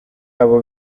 abo